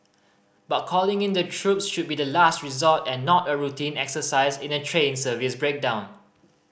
but calling in the troops should be the last resort and not a routine exercise in a train service breakdown